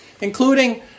including